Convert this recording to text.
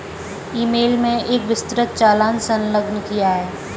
ई mail में एक विस्तृत चालान संलग्न किया है